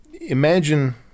imagine